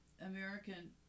American